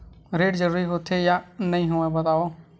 ऋण जरूरी होथे या नहीं होवाए बतावव?